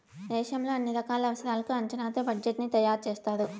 దేశంలో అన్ని రకాల అవసరాలకు అంచనాతో బడ్జెట్ ని తయారు చేస్తారు